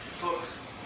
books